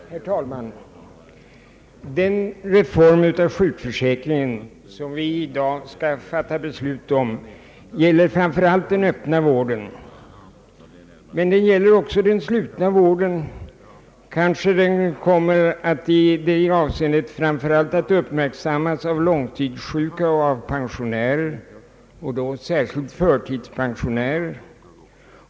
Herr talman! Den reform av sjukförsäkringen som vi i dag skall fatta beslut om gäller framför allt den öppna vården, men den gäller också den slutna vården — kanske den i det avseendet främst kommer att uppmärksammas av långtidssjuka och av pensionärer och då särskilt förtidspensionärer.